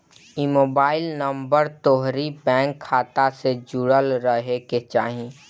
इ mobile number तोहरी bank खाता से जुड़ल रहे के चाही